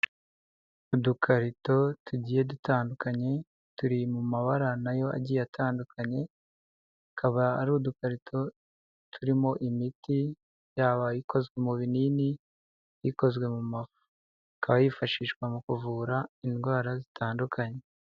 Udukarito tugiye dutandukanye turi mu mabara nayo agiye atandukanye, akaba ari udukarito turimo imiti yaba ikozwe mu binini, ikozwe mu mafu. Ikaba yifashishwa mu kuvura indwara zitandukanye.